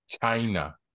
China